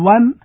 One